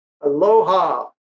Aloha